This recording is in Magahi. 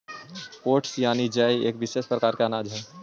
ओट्स यानि जई एक विशेष प्रकार के अनाज हइ